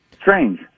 Strange